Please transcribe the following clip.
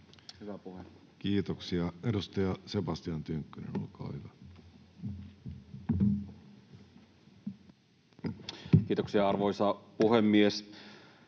Kiitoksia. — Edustaja Sebastian Tynkkynen, olkaa hyvä. Kiitoksia, arvoisa puhemies!